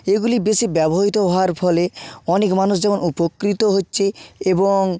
এগুলি বেশি ব্যবহৃত হওয়ার ফলে অনেক মানুষজন উপকৃত হচ্ছে এবং